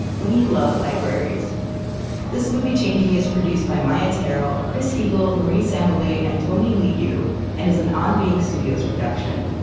we love libraries this movie changed me is produced by maia tarrell, chris heagle, marie sambilay, and tony liu, and is an on being studios production.